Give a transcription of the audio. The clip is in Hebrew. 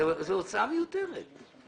זאת הוצאה מיותרת.